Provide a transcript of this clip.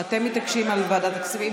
מתעקשים על ועדת הכספים.